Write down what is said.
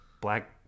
Black